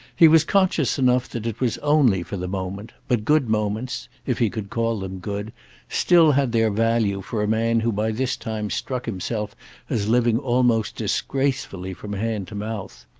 he was conscious enough that it was only for the moment, but good moments if he could call them good still had their value for a man who by this time struck himself as living almost disgracefully from hand to mouth.